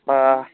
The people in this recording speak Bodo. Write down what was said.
बा